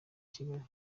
kigali